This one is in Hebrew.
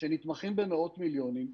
שנתמכות במאות מיליונים,